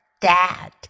dad